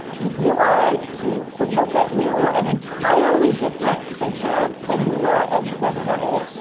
you are to to look at you and entirely different creature than you were at seven or eight,